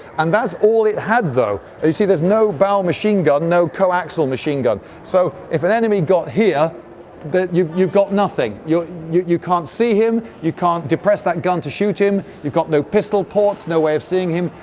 and that's all it had though. you see there's no bow machine gun, no coaxial machine gun. so if an enemy got here then you've you've got nothing, you you can't see him, you can't depress that gun to shoot him. you've got no pistol ports, no way of seeing him.